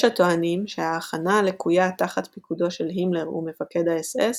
יש הטוענים שההכנה הלקויה תחת פיקודו של הימלר ומפקדי האס.אס.